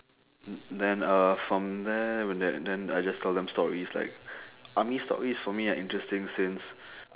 then uh from there then I just tell than stories like army stories for me are interesting since